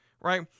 right